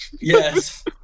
Yes